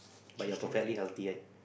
but you're perfectly healthy right